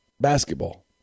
basketball